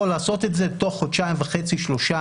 לעשות את זה תוך חודשיים וחצי-שלושה,